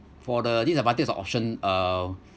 for the disadvantage of option uh